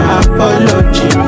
apology